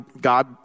God